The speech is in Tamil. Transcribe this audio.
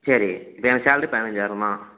சரி இப்போ எனக்கு சேலரி பதினஞ்சாயிரம் தான்